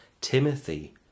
timothy